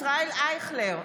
ישראל אייכלר,